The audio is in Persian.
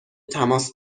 تماس